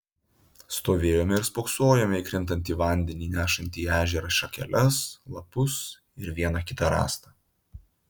stovėjome ir spoksojome į krintantį vandenį nešantį į ežerą šakeles lapus ir vieną kitą rąstą